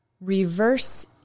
reverse